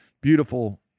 beautiful